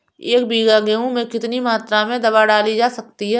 एक बीघा गेहूँ में कितनी मात्रा में दवा डाली जा सकती है?